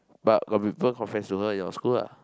but got people confess to her in your school ah